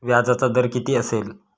व्याजाचा दर किती असेल?